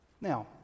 Now